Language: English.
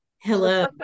Hello